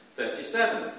thirty-seven